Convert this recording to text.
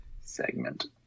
Segment